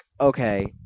okay